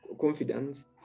confidence